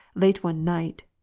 late one night,